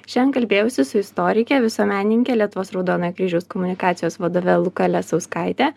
šiandien kalbėjausi su istorike visuomenininke lietuvos raudonojo kryžiaus komunikacijos vadove luka lesauskaite